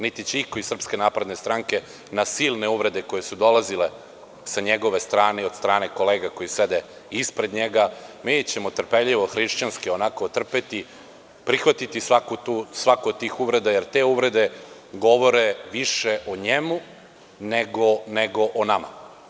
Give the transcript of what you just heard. Niti će iko iz SNS na silne uvrede koje su dolazile sa njegove strane i od kolega koji sede ispred njega, mi ćemo trpeljivo, hrišćanski onako, otrpeti, prihvatiti svaku od tih uvreda jer uvrede govore više o njemu nego o nama.